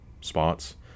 spots